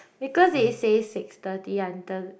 because it says six thirty until